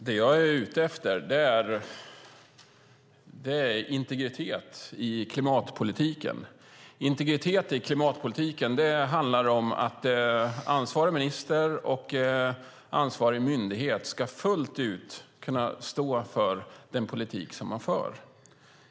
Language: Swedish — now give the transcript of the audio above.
Fru talman! Vad jag är ute efter är integritet i klimatpolitiken. Det handlar om att ansvarig minister och ansvarig myndighet fullt ut ska kunna stå för den politik som förs.